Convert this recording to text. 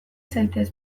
zaitez